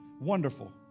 wonderful